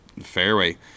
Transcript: fairway